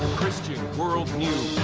christian world news.